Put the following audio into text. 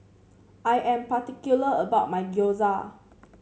I am particular about my Gyoza